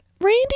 Randy